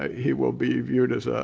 he will be viewed as ah